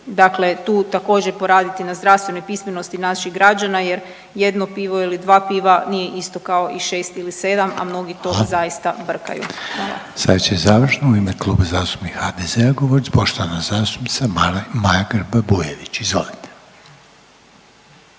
Dakle, tu također poraditi na zdravstvenoj pismenosti naših građana jer jedno pivo ili dva piva nije isto kao i šest ili sedam, a mnogi to zaista brkaju. Hvala. **Reiner, Željko (HDZ)** Hvala. Sad će završno u ime Kluba zastupnika HDZ-a govoriti poštovana zastupnica Maja Grba-Bujević. Izvolite.